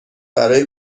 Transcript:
برای